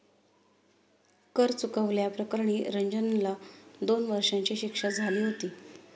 कर चुकवल्या प्रकरणी रंजनला दोन वर्षांची शिक्षा झाली होती